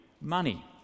money